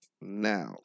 now